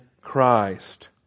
Christ